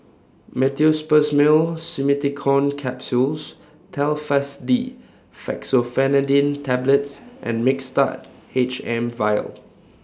Meteospasmyl Simeticone Capsules Telfast D Fexofenadine Tablets and Mixtard H M Vial